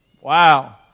Wow